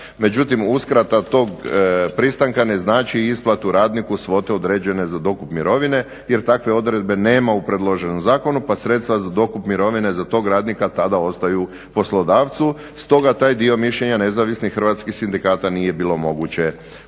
Međutim, uskrata tog pristanka ne znači i isplatu radniku svote određene za dokup mirovine, jer takve odredbe nema u predloženom zakonu, pa sredstva za dokup mirovine za tog radnika tada ostaju poslodavcu, stoga taj dio mišljenja Nezavisnih hrvatskih sindikata nije bilo moguće